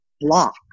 block